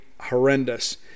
horrendous